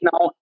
now